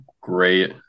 great